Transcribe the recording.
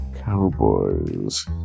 Cowboys